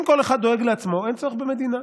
אם כל אחד דואג לעצמו, אין צורך במדינה.